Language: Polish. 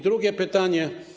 Drugie pytanie.